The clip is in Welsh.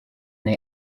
neu